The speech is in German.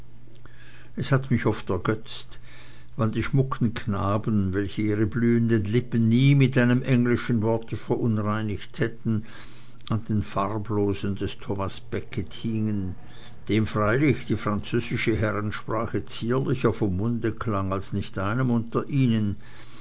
es hat mich oft ergötzt wann die schmucken knaben welche ihre blühenden lippen nie mit einem englischen worte verunreinigt hätten an den farblosen des thomas becket hingen dem freilich die französische herrensprache zierlicher vom munde klang als nicht einem unter ihnen